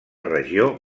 regió